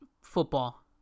football